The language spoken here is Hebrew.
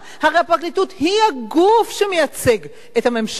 הרי הפרקליטות היא הגוף שמייצג את הממשלה.